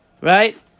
right